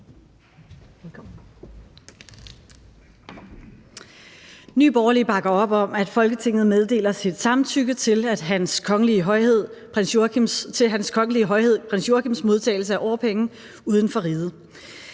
Nye Borgerlige bakker op om, at Folketinget meddeler sit samtykke til Hans Kongelige Højhed Prins Joachims modtagelse af årpenge uden for riget.